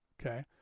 Okay